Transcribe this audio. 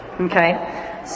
Okay